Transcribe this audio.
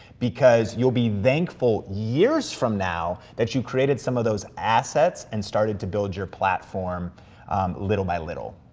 because you'll be thankful years from now that you created some of those assets and started to build your platform little by little.